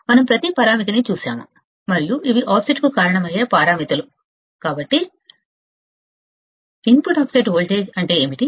మనం ప్రతి పరామితిని చూశాము మరియు ఇవి ఆఫ్సెట్కు కారణమయ్యే పారామితులు కాబట్టి ఇన్పుట్ ఆఫ్సెట్ వోల్టేజ్ అంటే ఏమిటి